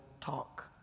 talk